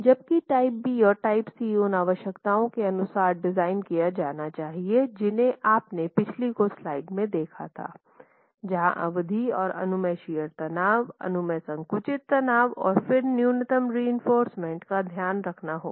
जबकि type B और type C उन आवश्यकताओं के अनुसार डिज़ाइन किया जाना चाहिए जिन्हें आपने पिछली कुछ स्लाइड्स में देखा था जहाँ अवधि और अनुमेय शियर तनाव अनुमेय संकुचित तनाव और फिर न्यूनतम रिइंफोर्समेन्ट का ध्यान रखना होगा